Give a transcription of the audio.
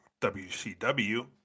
WCW